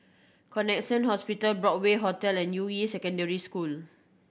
Connexion Hospital Broadway Hotel and Yuying Secondary School